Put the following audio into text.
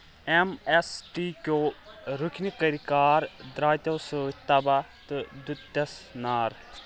M S T کیٚو رُکنہِ کٔرۍ كار درٛاتیو٘ سٕتہِ تَباہ تہٕ دِییُتتیس نار